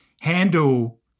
handle